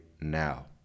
now